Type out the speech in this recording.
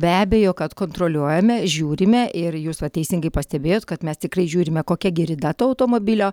be abejo kad kontroliuojame žiūrime ir jūs vat teisingai pastebėjot kad mes tikrai žiūrime kokia gi rida to automobilio